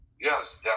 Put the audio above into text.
Yes